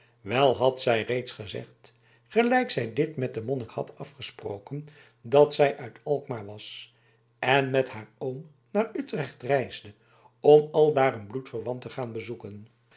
wel had zij reeds gezegd gelijk zij dit met den monnik had afgesproken dat zij uit alkmaar was en met haar oom naar utrecht reisde om aldaar een bloedverwant te gaan bezoeken